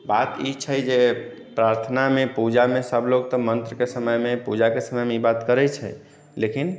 बात ई छै जे प्रार्थनामे पूजामे सभलोग तऽ मन्त्रके समयमे पूजाके समयमे ई बात करै छै लेकिन